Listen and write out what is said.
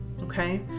okay